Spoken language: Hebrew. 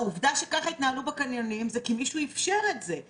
העובדה שככה התנהלו בקניונים היא כי מישהו איפשר את זה.